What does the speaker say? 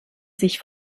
sich